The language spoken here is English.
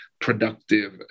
productive